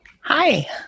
Hi